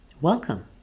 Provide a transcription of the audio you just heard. welcome